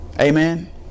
Amen